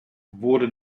wurde